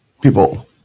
people